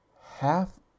half